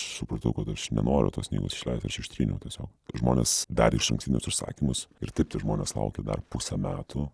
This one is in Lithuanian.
aš supratau kad aš nenoriu tos knygos išleist aš ištryniau tiesiog žmonės darė išankstinius užsakymus ir taip tie žmonės laukė dar pusę metų